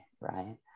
right